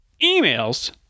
Emails